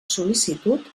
sol·licitud